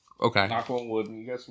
Okay